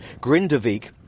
Grindavik